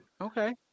Okay